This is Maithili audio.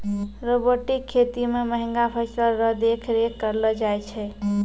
रोबोटिक खेती मे महंगा फसल रो देख रेख करलो जाय छै